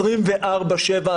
24/7,